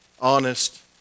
honest